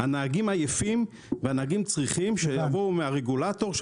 הנהגים עייפים והנהגים צריכים שיבוא הרגולטור,